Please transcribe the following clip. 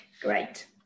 Great